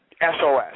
SOS